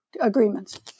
agreements